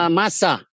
masa